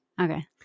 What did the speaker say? Okay